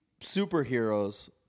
superheroes